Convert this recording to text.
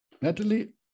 Natalie